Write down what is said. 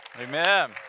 Amen